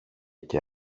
και